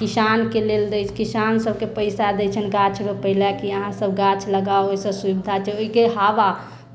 किसान के लेल दै किसान सभके लेल पैसा दै छनि गाछ रोपै लए कि अहाँ सभ गाछ लगाउ एहिसँ सुबिधा छै ओहिके हावा